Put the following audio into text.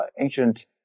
ancient